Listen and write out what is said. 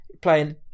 playing